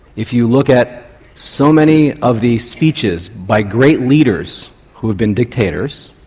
if you look at so many of these speeches by great leaders who have been dictators,